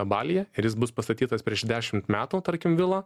balyje ir jis bus pastatytas prieš dešimt metų tarkim vila